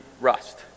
rust